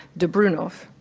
debrunov,